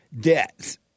debts